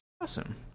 Awesome